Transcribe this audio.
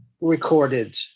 recorded